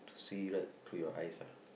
to see right through your eyes ah